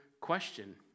question